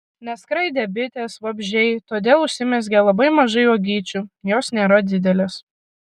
neskraidė bitės vabzdžiai todėl užsimezgė labai mažai uogyčių jos nėra didelės